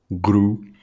grew